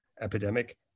epidemic